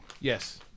Yes